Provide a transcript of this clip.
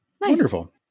Wonderful